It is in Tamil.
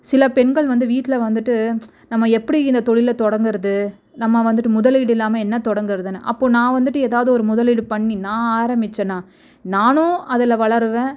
சில பெண்கள் வந்து வீட்டில வந்துட்டு நம்ம எப்படி இந்த தொழிலை தொடங்குறது நம்ம வந்துட்டு முதலீடு இல்லாமல் என்ன தொடங்குறதுன்னு அப்போது நான் வந்துட்டு எதாவது ஒரு முதலீடு பண்ணி நான் ஆரம்பிச்சேன்னால் நானும் அதில் வளருவேன்